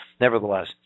Nevertheless